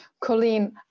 Colleen